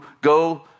go